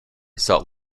salt